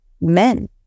men